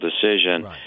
decision